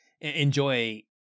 enjoy